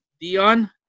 Dion